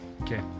Okay